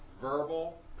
verbal